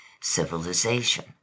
Civilization